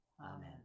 Amen